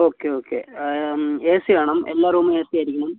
okay okay A C വേണം എല്ലാ റൂമും എ സി ആയിരിക്കണം